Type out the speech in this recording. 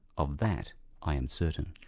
of that i am certain.